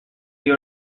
they